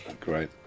great